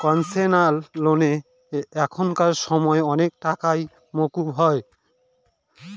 concessional লোনে এখানকার সময় অনেক টাকাই মকুব হয়